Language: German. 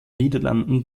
niederlanden